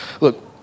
Look